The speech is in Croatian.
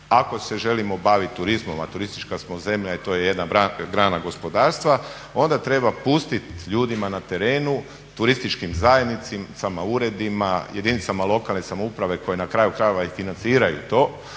ako se želimo baviti turizmom, a turistička smo zemlja i to je jedna grana gospodarstva onda treba pustiti ljudima na terenu, turističkim zajednicama, uredima, jedinice lokalne samouprave koje na kraju krajeva i financiraju to